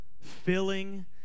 Filling